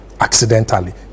accidentally